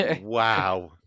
Wow